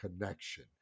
connection